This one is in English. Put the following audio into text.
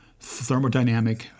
Thermodynamic